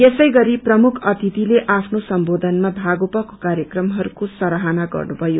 यसैगरी प्रमुख अतिथिले आफ्नो सम्बोधनामा भागोपको कार्यक्रमहरूको सराहना गर्नुभयो